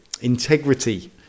integrity